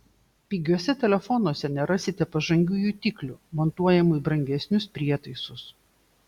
pigiuose telefonuose nerasite pažangių jutiklių montuojamų į brangesnius prietaisus